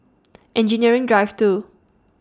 Engineering Drive two